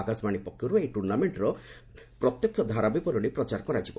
ଆକାଶବାଣୀ ପକ୍ଷରୁ ଏହି ଟୁର୍ଣ୍ଣାମେଣ୍ଟର ମ୍ୟାଚଗୁଡିକର ପ୍ରତ୍ୟକ୍ଷ ଧାରାବିବରଣୀ ପ୍ରଚାର କରାଯିବ